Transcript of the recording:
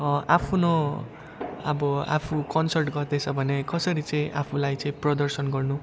आफ्नो अब आफू कन्सर्ट गर्दैछ भने कसरी चाहिँ आफूलाई चाहिँ प्रदर्शन गर्नु